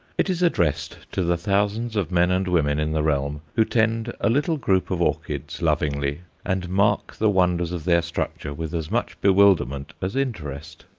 it is addressed to the thousands of men and women in the realm who tend a little group of orchids lovingly, and mark the wonders of their structure with as much bewilderment as interest.